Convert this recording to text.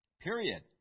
Period